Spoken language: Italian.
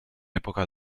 epoca